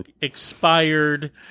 expired